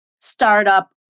startup